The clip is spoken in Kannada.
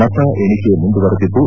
ಮತ ಎಣಿಕೆ ಮುಂದುವರೆದಿದ್ದು